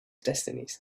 destinies